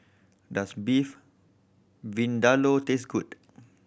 does Beef Vindaloo taste good